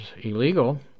illegal